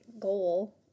goal